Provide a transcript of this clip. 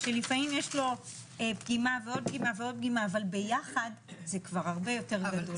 שלפעמים יש לו פגימה ועוד פגימה אבל ביחד זה כבר הרבה יותר גדול.